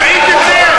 רבותי, רבותי.